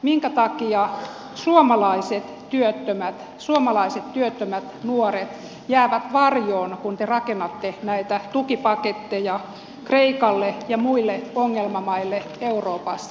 minkä takia suomalaiset työttömät suomalaiset työttömät nuoret jäävät varjoon kun te rakennatte näitä tukipaketteja kreikalle ja muille ongelmamaille euroopassa